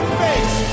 face